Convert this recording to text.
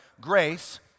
grace